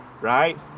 right